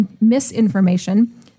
misinformation